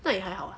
对还好 lah